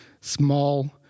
small